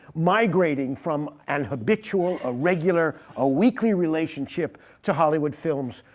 migrating from an habitual, a regular, a weekly relationship to hollywood films,